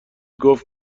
گفت